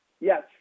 Yes